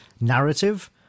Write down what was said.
narrative